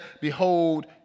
behold